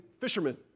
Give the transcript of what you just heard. fishermen